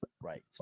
Right